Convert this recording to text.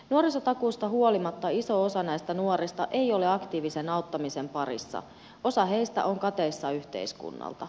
nuorisotakuusta huolimatta iso osa näistä nuorista ei ole aktiivisen auttamisen parissa osa heistä on kateissa yhteiskunnalta